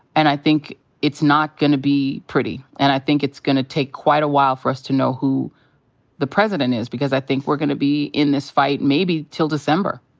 and i think it's not gonna be pretty. and i think it's gonna take quite a while for us to know who the president is because i think we're gonna be in this fight maybe till december.